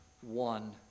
one